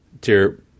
dear